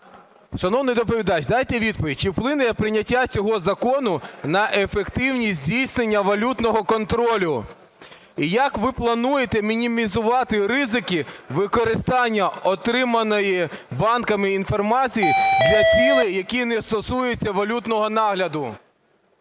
Шановний доповідач, дайте відповідь чи вплине прийняття цього закону на ефективність здійснення валютного контролю? І як ви плануєте мінімізувати ризики використання отриманої банками інформації для цілей, які не стосуються валютного нагляду?